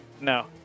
No